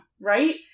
Right